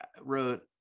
wrote